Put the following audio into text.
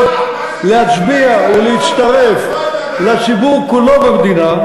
להיות, להצביע, להצטרף לציבור כולו במדינה,